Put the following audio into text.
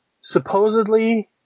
supposedly